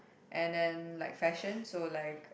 and then like fashion so like